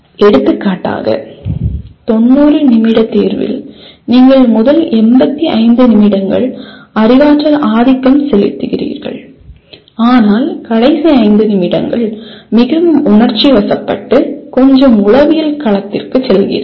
எடுத்துக்காட்டாக 90 நிமிட தேர்வில் நீங்கள் முதல் 85 நிமிடங்கள் அறிவாற்றல் ஆதிக்கம் செலுத்துகிறீர்கள் ஆனால் கடைசி 5 நிமிடங்கள் மிகவும் உணர்ச்சிவசப்பட்டு கொஞ்சம் உளவியல் களத்திற்குச் செல்லுகிறீர்கள்